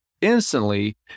instantly